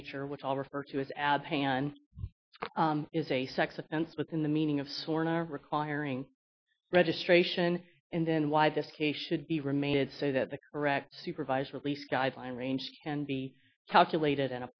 nature which all refer to is abhay and is a sex offense within the meaning of sworn are requiring registration and then why this case should be remain and so that the correct supervised release guideline range can be calculated and